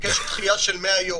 תבקש דחייה של 100 יום.